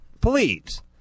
Please